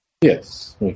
yes